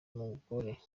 w’umugore